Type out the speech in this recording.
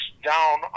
down